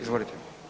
Izvolite.